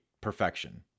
perfection